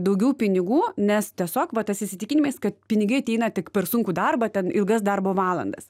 daugiau pinigų nes tiesiog va tas įsitikinimas kad pinigai ateina tik per sunkų darbą ten ilgas darbo valandas